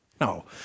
No